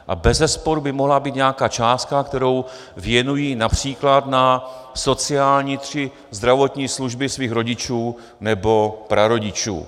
A bezesporu by mohla být nějaká částka, kterou věnují například na sociální či zdravotní služby svých rodičů nebo prarodičů.